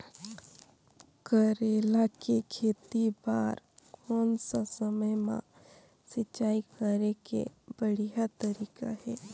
करेला के खेती बार कोन सा समय मां सिंचाई करे के बढ़िया तारीक हे?